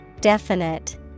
Definite